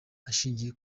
ashingiye